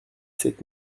sept